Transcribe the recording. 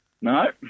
No